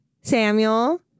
Samuel